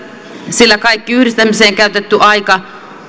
sillä kaikki yhdistämiseen käytetty aika